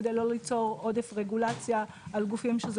כדי לא ליצור עודף רגולציה על גופים שזה